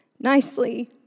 nicely